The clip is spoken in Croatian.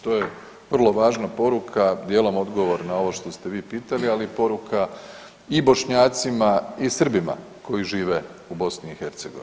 To je vrlo važna poruka, dijelom odgovor na ovo što ste vi pitali, ali poruka i Bošnjacima i Srbima koji žive u BiH.